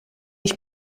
ich